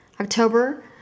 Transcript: October